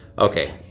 okay,